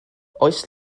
oes